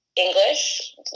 english